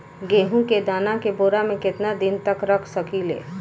गेहूं के दाना के बोरा में केतना दिन तक रख सकिले?